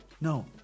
no